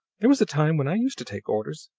there was a time when i used to take orders.